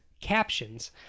Captions